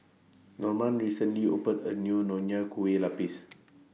Norman recently opened A New Nonya Kueh Lapis